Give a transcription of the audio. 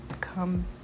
come